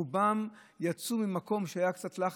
רובם יצאו ממקום שהיה קצת לחץ,